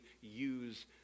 use